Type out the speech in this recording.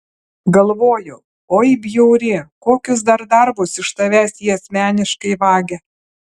galvoju oi bjauri kokius dar darbus iš tavęs jie asmeniškai vagia